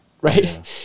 Right